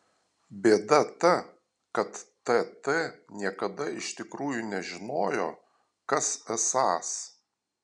bėda ta kad tt niekada iš tikrųjų nežinojo kas esąs